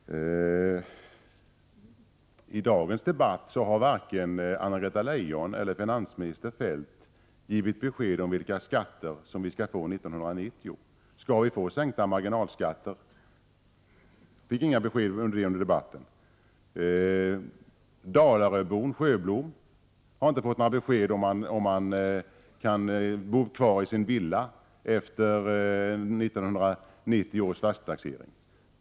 Herr talman! I dagens debatt har varken Anna-Greta Leijon eller finansminister Feldt givit besked om vilka skatter vi skall få 1990. Vi fick under debatten t.ex. inget besked om huruvida vi skall få en sänkning av marginalskatterna. Dalaröbon Sjöblom har inte fått några besked om huruvida han kan bo kvar i sin villa efter 1990 års fastighetstaxering.